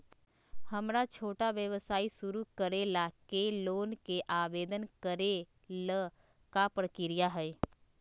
हमरा छोटा व्यवसाय शुरू करे ला के लोन के आवेदन करे ल का प्रक्रिया हई?